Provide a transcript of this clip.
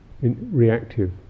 reactive